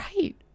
right